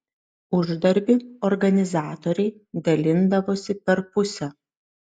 uždarbį organizatoriai dalindavosi per pusę